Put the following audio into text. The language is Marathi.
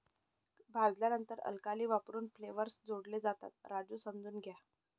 भाजल्यानंतर अल्कली वापरून फ्लेवर्स जोडले जातात, राजू समजून घ्या